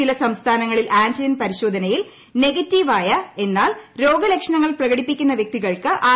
ചില സംസ്ഥാനങ്ങളിൽ ആന്റിജൻ പരിശോധനയിൽ നെഗറ്റീവായ എന്നാൽ രോഗലക്ഷണങ്ങൾ പ്രകടിപ്പിക്കുന്ന വൃക്തികൾക്ക് ആർ